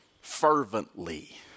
fervently